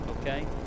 okay